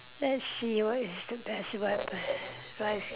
let's see what is the best weapon what is